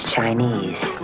Chinese